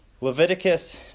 Leviticus